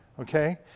Okay